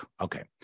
Okay